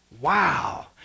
Wow